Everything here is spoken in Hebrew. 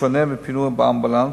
בשונה מפינוי באמבולנס.